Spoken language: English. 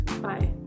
Bye